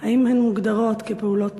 2. האם הן מוגדרות כפעולות טרור?